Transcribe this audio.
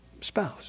spouse